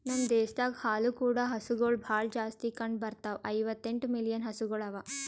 ನಮ್ ದೇಶದಾಗ್ ಹಾಲು ಕೂಡ ಹಸುಗೊಳ್ ಭಾಳ್ ಜಾಸ್ತಿ ಕಂಡ ಬರ್ತಾವ, ಐವತ್ತ ಎಂಟು ಮಿಲಿಯನ್ ಹಸುಗೊಳ್ ಅವಾ